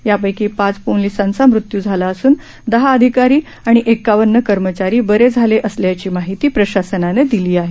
यापैकी पाच पोलिसांचा मृत्यू झाला असून दहा अधिकारी आणि एक्कावन्न कर्मचारी बरे झाले असल्याची माहिती प्रशासनानं दिली आहे